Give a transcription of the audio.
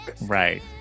right